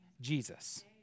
Jesus